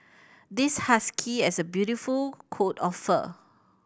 this husky as a beautiful coat of fur